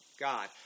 God